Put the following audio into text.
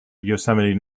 yosemite